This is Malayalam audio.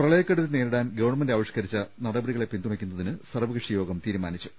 പ്രളയക്കെടുതി നേരിടാൻ ഗവൺമെന്റ് ആവിഷ്കരിച്ച നടപടികളെ പിന്തുണക്കുന്നതിന് സർവ്വകക്ഷി യോഗം തീരുമാനിച്ചു